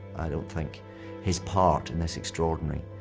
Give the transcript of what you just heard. i don't think his part in this extraordinary,